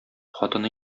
хатыны